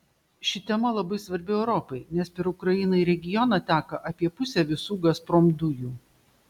ši tema labai svarbi europai nes per ukrainą į regioną teka apie pusę visų gazprom dujų